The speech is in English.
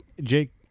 Jake